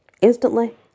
Instantly